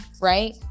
Right